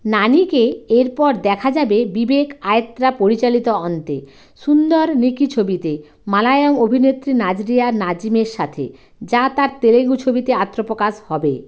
নানিকে এরপর দেখা যাবে বিবেক আয়েত্রা পরিচালিত অন্তে সুন্দরনিকি ছবিতে মালায়ালাম অভিনেত্রী নাজরিয়া নাজিমের সাথে যা তার তেলুগু ছবিতে আত্মপ্রকাশ হবে